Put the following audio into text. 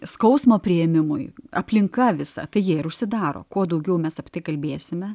skausmo priėmimui aplinka visa tai jie ir užsidaro kuo daugiau mes apie tai kalbėsime